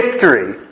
victory